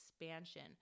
expansion